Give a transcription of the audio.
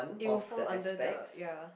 it will fall under the ya